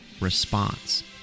response